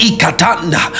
Ikatanda